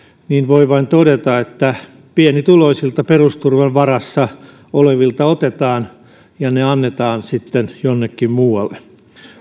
niin voi vain todeta että pienituloisilta perusturvan varassa olevilta otetaan ja ne annetaan sitten jonnekin muualle